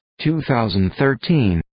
2013